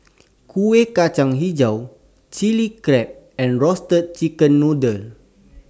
Kuih Kacang Hijau Chili Crab and Roasted Chicken Noodle